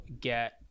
get